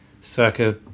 circa